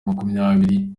makumyabiri